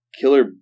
Killer